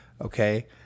Okay